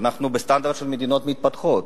אנחנו בסטנדרט של מדינות מתפתחות.